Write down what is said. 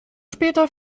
später